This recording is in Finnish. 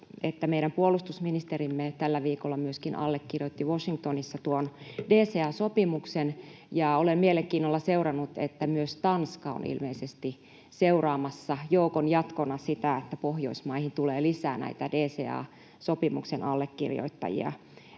meidän puolustusministerimme tällä viikolla allekirjoitti Washingtonissa myöskin DCA-sopimuksen. Olen mielenkiinnolla seurannut, että myös Tanska on ilmeisesti seuraamassa joukon jatkona sitä, että Pohjoismaihin tulee lisää näitä DCA-sopimuksen allekirjoittajia.